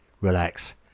relax